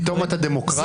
פתאום אתה דמוקרטי?